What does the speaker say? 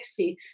60